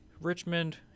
Richmond